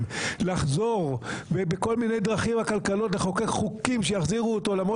לחזור ובכל מיני דרכים עקלקלות לחוקק חוקים שיחזירו אותו למרות